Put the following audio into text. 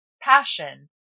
passion